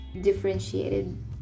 differentiated